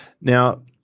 Now